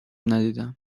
ندیدم